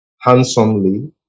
handsomely